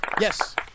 Yes